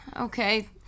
Okay